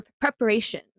preparation